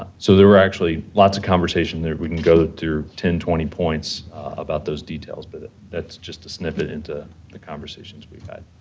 so, there were actually lots of conversation there. we can go through ten, twenty points about those details, but that's just a snippet into the conversations we've had.